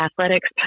athletics